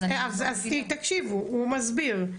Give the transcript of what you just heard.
אז תקשיבו, הוא מסביר.